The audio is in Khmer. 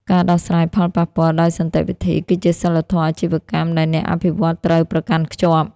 ការដោះស្រាយផលប៉ះពាល់ដោយសន្តិវិធី គឺជាសីលធម៌អាជីវកម្មដែលអ្នកអភិវឌ្ឍន៍ត្រូវប្រកាន់ខ្ជាប់។